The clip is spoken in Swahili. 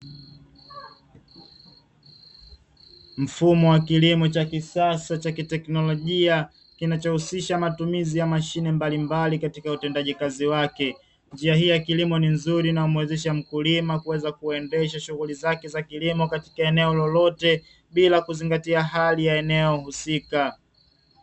Mfumo wa kilimo cha kisasa cha kiteknolojia kinachohusisha matumizi ya mashine mbalimbali katika utendaji kazi wake. Njia hii ya kilimo ni nzuri na inamwezesha mkulima kuweza kuendesha shughuli zake za kilimo katika eneo lolote bila kuzingatia hali ya eneo husika.